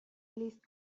لیست